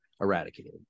eradicated